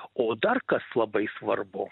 o dar kas labai svarbu